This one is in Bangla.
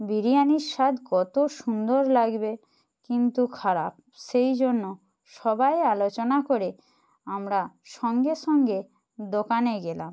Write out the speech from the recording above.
বিরিয়ানির স্বাদ কতো সুন্দর লাগবে কিন্তু খারাপ সেই জন্য সবাই আলোচনা করে আমরা সঙ্গে সঙ্গে দোকানে গেলাম